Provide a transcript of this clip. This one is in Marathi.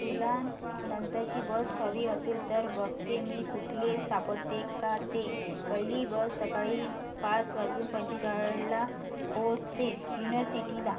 तुला नंतरची बस हवी असेल तर बघते मी कुठली सापडते का ते पहिली बस सकाळी पाच वाजून पंचेचाळीसला पोचते युनिर्सिटीला